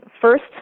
first